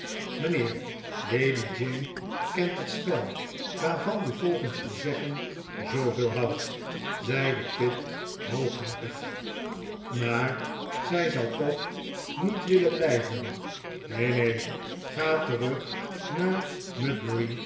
mijnheer lady jane kent het spel waarvan u volgens uw zeggen zooveel houdt zeide pitt hooghartig maar zij zal toch niet willen blijvcn nee nee ga terug naar